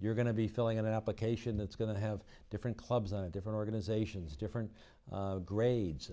you're going to be filling it up cation that's going to have different clubs and different organizations different grades